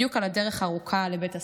בדיוק על הדרך הארוכה לבית הספר.